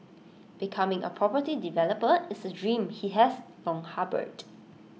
becoming A property developer is A dream he has long harboured